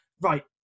right